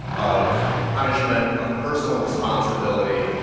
of punishment, of personal responsibility,